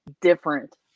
different